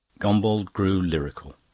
gombauld grew lyrical.